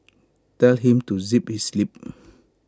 tell him to zip his lip